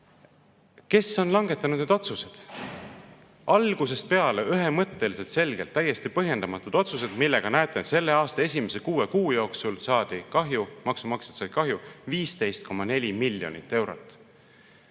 Kes on langetanud need otsused? Algusest peale, ühemõtteliselt, selgelt täiesti põhjendamatuid otsuseid, millega, nagu näete, selle aasta esimese kuue kuu jooksul saadi kahju, maksumaksjad said kahju 15,4 miljonit eurot.